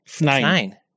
Nine